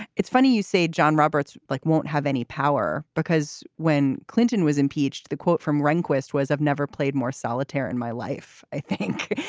it's funny you say john roberts like won't have any power because when clinton was impeached, the quote from rehnquist was, i've never played more solitaire in my life, i think,